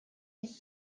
his